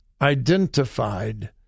identified